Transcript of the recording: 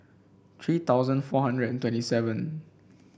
three thousand four hundred and twenty seven